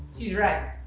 she's right,